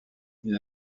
une